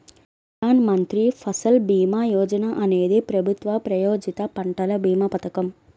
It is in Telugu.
ప్రధాన్ మంత్రి ఫసల్ భీమా యోజన అనేది ప్రభుత్వ ప్రాయోజిత పంటల భీమా పథకం